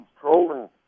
trolling